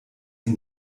ihn